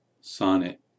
Sonnet